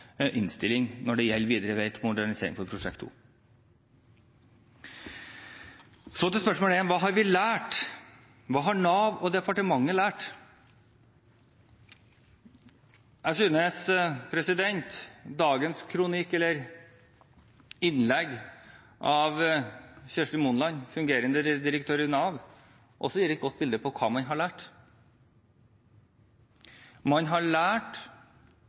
innstilling når det gjelder den videre veien til modernisering i Prosjekt 2. Så til spørsmål én: Hva har vi lært? Hva har Nav og departementet lært? Jeg synes dagens innlegg av Kjersti Monland, fungerende direktør i Nav, gir et godt bilde av hva man har lært. Man har lært